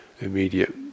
immediate